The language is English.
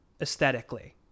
Aesthetically